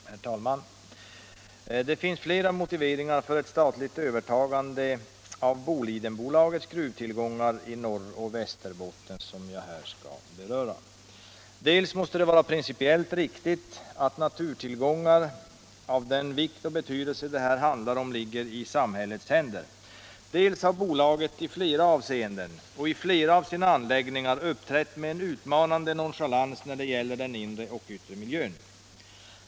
Herr talman! Det finns flera motiveringar för ett statligt övertagande av Bolidenbolagets gruvtillgångar i Norroch Västerbotten. Jag skall här något beröra dessa. Dels måste det vara principiellt riktigt att naturtillgångar av den vikt och betydelse det här handlar om ligger i samhällets händer, dels har bolaget i flera avseenden och i flera av sina anläggningar uppträtt med en utmanande nonchalans när det gäller den inre och yttre miljön.